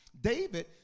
David